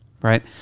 right